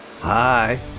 Hi